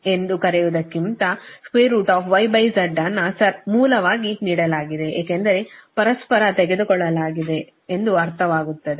ಆದ್ದರಿಂದ ZC ಎಂದು ಕರೆಯುವದಕ್ಕಿಂತ yz ಅನ್ನು ಮೂಲವಾಗಿ ನೀಡಲಾಗಿದೆ ಏಕೆಂದರೆ ಪರಸ್ಪರ ಆಗಿ ತೆಗೆದುಕೊಳ್ಳಲಾಗಿದೆ ಅದು ಅರ್ಥವಾಗುವತ್ತದೆ